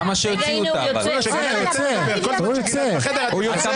הסיבה היחידה שאת פה זה בגלל שאת מצביעה.